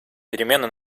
перемены